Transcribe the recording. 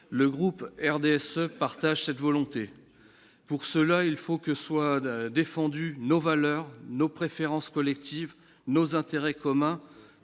le groupe RDSE partagent cette volonté pour cela, il faut que soit défendu nos valeurs, nos préférences collectives nos intérêts communs,